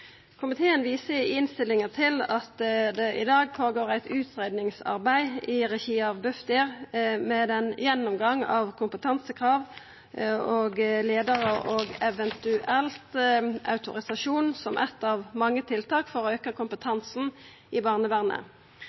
Komiteen viser i innstillinga til at det i dag går føre seg eit utgreiingsarbeid i regi av Bufdir med ein gjennomgang av kompetansekrav for leiarar og eventuell autorisasjon som eitt av mange tiltak for å auka kompetansen i barnevernet.